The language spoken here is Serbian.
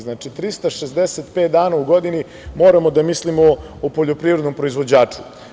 Znači, 365 dana u godini moramo da mislimo o poljoprivrednom proizvođaču.